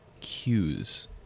cues